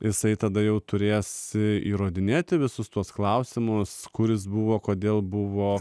jisai tada jau turės įrodinėti visus tuos klausimus kuris buvo kodėl buvo